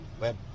Web